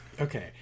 Okay